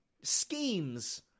schemes